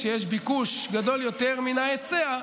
כשיש ביקוש גדול יותר מן ההיצע,